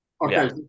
Okay